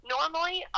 Normally